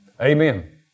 Amen